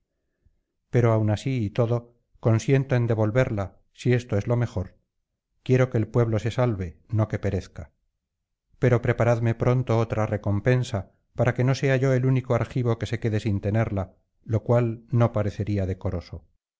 pero aun así y todo consiento en devolverla si esto es lo mejor quiero que el pueblo se salve no que perezca pero preparadme pronto otra recompensa para que no sea yo el único argivo que se quede sin tenerla lo cual no parecería decoroso